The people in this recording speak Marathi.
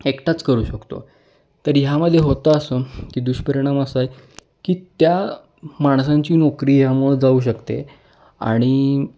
एकटाच करू शकतो तर ह्यामध्ये होतं असं की दुष्परिणाम असं आहे की त्या माणसांची नोकरी ह्यामुळं जाऊ शकते आणि